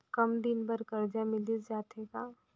कम दिन बर करजा मिलिस जाथे का?